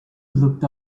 looked